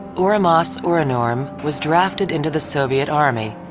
urmass orunurm was drafted into the soviet army.